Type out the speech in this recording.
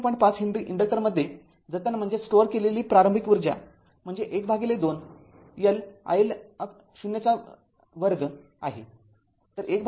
५ henry इन्डक्टरमध्ये जतन झालेली प्रारंभिक ऊर्जा म्हणजे १२ L iL०२ आहे